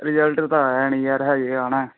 result ਤਾਂ ਆਇਆ ਨਹੀਂ ਯਾਰ ਹਜੇ ਆਉਣਾ